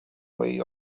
way